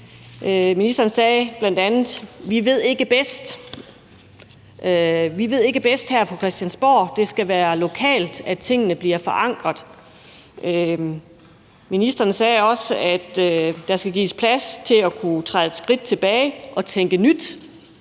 Ministeren sagde bl.a.: Vi ved ikke bedst her på Christiansborg – det skal være lokalt, at tingene bliver forankret. Ministeren sagde også, at der skal gives plads til at træde et skridt tilbage og tænke nyt.